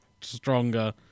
Stronger